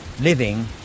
living